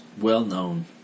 well-known